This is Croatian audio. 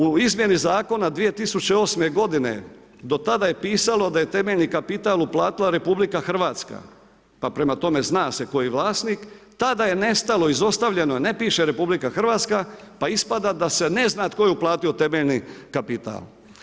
U izmjeni zakona 2008. godine do tada je pisalo da je temeljni kapital uplatila RH, pa prema tome zna se tko je vlasnik, tada je nestalo, izostavljeno, ne piše RH pa ispada da se ne zna tko je uplatio temeljni kapital.